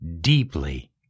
deeply